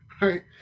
right